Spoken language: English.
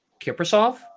Kiprasov